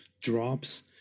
drops